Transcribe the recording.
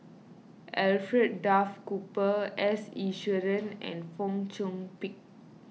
Alfred Duff Cooper S Iswaran and Fong Chong Pik